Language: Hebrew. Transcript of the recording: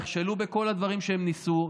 נכשלו בכל הדברים שהם ניסו,